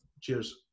Cheers